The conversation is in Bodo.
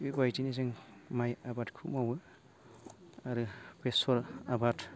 बेबायदिनो जों माइ आबादखौ मावो आरो बेसर आबाद